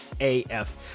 af